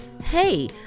Hey